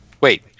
wait